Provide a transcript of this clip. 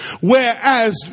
whereas